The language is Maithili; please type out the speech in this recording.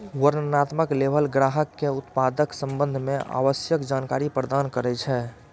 वर्णनात्मक लेबल ग्राहक कें उत्पादक संबंध मे आवश्यक जानकारी प्रदान करै छै